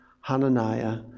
Hananiah